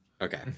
Okay